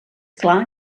clar